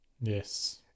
yes